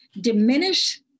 diminish